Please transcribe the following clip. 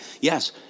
Yes